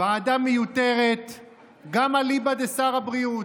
ועדה מיותרת גם אליבא דשר הבריאות,